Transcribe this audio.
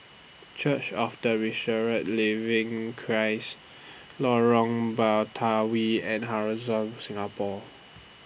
Church of The Resurrected Living Christ Lorong Batawi and Horizon Singapore